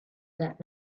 that